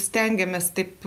stengiamės taip